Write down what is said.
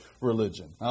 religion